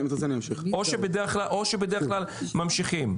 או שבדרך כלל ממשיכים?